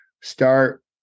start